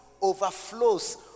overflows